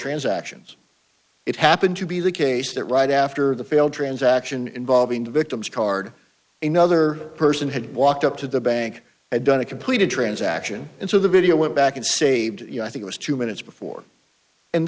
transactions it happened to be the case that right after the failed transaction involving the victim's card in another person had walked up to the bank and done a completed transaction and so the video went back and saved you i think it was two minutes before and